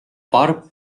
paar